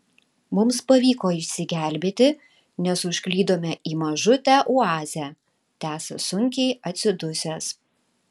mums pavyko išsigelbėti nes užklydome į mažutę oazę tęsia sunkiai atsidusęs